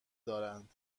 دارند